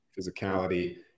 physicality